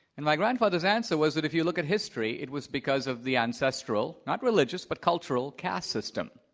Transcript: and like grandfather's answer was that if you look at history, it was because of the ancestral not religious, but cultural caste system.